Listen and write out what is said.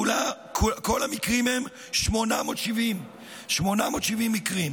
כל המקרים הם 870. 870 מקרים.